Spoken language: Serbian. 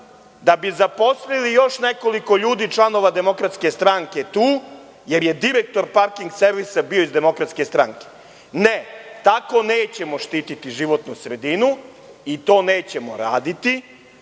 da bi zaposlili još nekoliko ljudi članova Demokratske stranke tu, jer je direktor „Parking servisa“ bio iz Demokratske stranke. Ne, tako nećemo štititi životnu sredinu i to nećemo raditi,